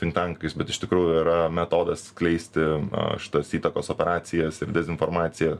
finktankais bet iš tikrųjų yra metodas skleisti a šitas įtakos operacijas ir dezinformaciją